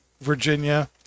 Virginia